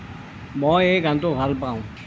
মই এই গানটো ভাল পাওঁ